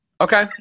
Okay